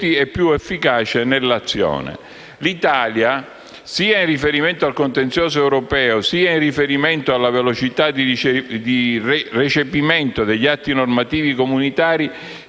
L'Italia, sia in riferimento al contenzioso europeo, sia in riferimento alla velocità di recepimento degli atti normativi comunitari,